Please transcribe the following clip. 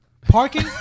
Parking